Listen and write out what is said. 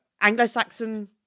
Anglo-Saxon